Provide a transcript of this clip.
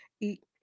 eat